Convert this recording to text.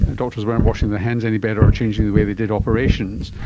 and doctors weren't washing their hands any better or changing the way they did operations,